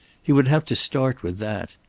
he would have to start with that.